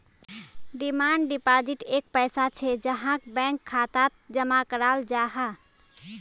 demand deposit एक पैसा छे जहाक बैंक खातात जमा कराल जाहा